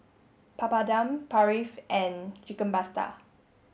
Papadum Barfi and Chicken Pasta